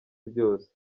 byose